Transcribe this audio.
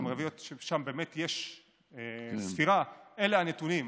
ששם באמת יש ספירה, אלה הנתונים.